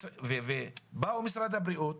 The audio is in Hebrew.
באו משרד הבריאות,